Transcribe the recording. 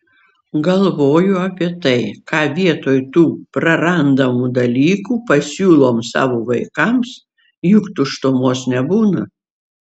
galvoju apie tai ką vietoj tų prarandamų dalykų pasiūlom savo vaikams juk tuštumos nebūna